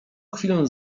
chwilę